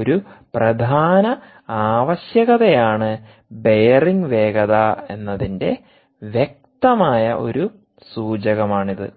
ഒരു പ്രധാന ആവശ്യകതയാണ് ബെയറിംഗ് വേഗത എന്നതിന്റെ വ്യക്തമായ ഒരു സൂചകം ആണിത്